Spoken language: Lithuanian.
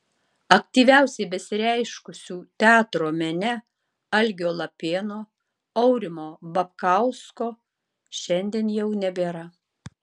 aktyviausiai besireiškusių teatro mene algio lapėno aurimo babkausko šiandien jau nebėra